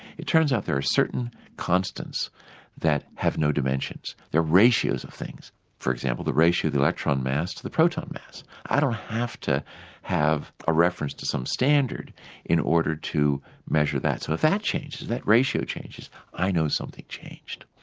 it turns out there are certain constants that have no dimensions, they're ratios of things for example, the ratio of the electron mass to the proton mass. i don't have to have a reference to some standard in order to measure that. so if that ratio changes i know something changed.